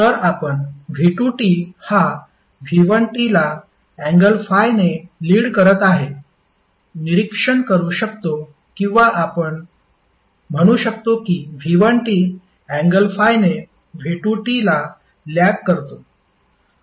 तर आपण v2t हा v1t ला अँगल ∅ ने लीड करत आहे निरीक्षण करू शकतो किंवा आपण म्हणू शकतो कि v1t अँगल ∅ ने v2t ला लॅग करतो